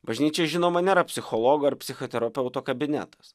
bažnyčia žinoma nėra psichologo ar psichoterapeuto kabinetas